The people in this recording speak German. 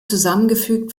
zusammengefügt